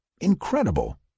Incredible